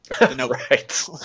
Right